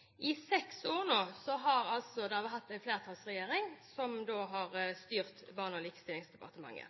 i dette departementet. I seks år nå har vi hatt en flertallsregjering som har styrt barne- og likestillingsdepartementet.